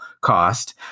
cost